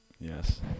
yes